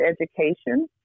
education